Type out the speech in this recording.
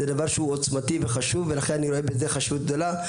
זה דבר שהוא עוצמתי וחשוב ולכן אני רואה בזה חשיבות גדולה,